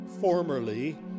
Formerly